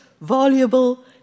voluble